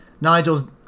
Nigel's